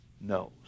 knows